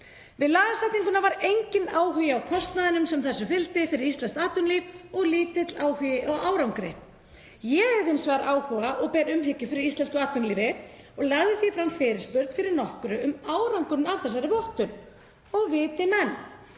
Við lagasetninguna var enginn áhugi á kostnaðinum sem þessu fylgdi fyrir íslenskt atvinnulíf og lítill áhugi á árangri. Ég hef hins vegar áhuga og ber umhyggju fyrir íslensku atvinnulífi og lagði því fram fyrirspurn fyrir nokkru um árangurinn af þessari vottun. Og viti menn,